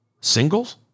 Singles